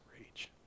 Rage